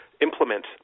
implement